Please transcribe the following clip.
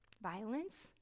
violence